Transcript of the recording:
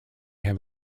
have